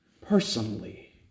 personally